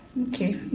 okay